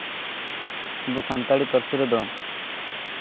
ᱟᱵᱚ ᱥᱟᱱᱛᱟᱲᱤ ᱯᱟᱹᱨᱥᱤ ᱨᱮᱫᱚ